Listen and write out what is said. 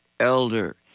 Elder